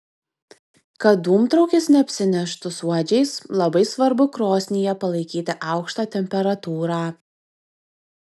kad dūmtraukis neapsineštų suodžiais labai svarbu krosnyje palaikyti aukštą temperatūrą